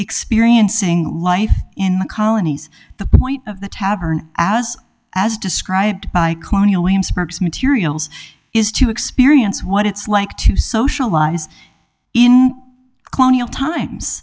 experiencing life in the colonies the point of the tavern as as described by colonial williamsburg materials is to experience what it's like to socialize in colonial times